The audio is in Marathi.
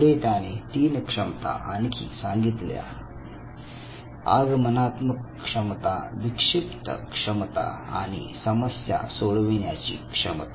पुढे त्याने तीन क्षमता आणखी सांगितल्या आगमनात्मक क्षमता विक्षिप्त क्षमता Inductive ability Deductive ability आणि समस्या सोडविण्याची क्षमता